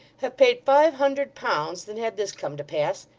have paid five hundred pounds, than had this come to pass.